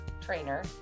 trainer